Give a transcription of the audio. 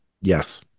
Yes